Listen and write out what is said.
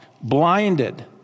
blinded